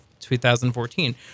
2014